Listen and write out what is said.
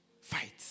Fight